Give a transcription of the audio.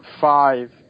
five